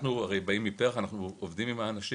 אנחנו הרי באים מפר"ח, אנחנו עובדים עם האנשים